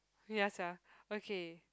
ya sia okay